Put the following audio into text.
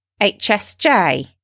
HSJ